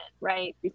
right